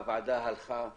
הלך